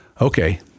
Okay